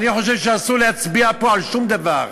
אני חושב שאסור להצביע פה על שום דבר,